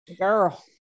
Girl